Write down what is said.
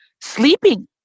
sleeping